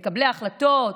מקבלי ההחלטות,